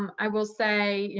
um i will say,